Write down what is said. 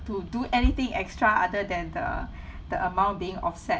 to do anything extra other than the the amount being offset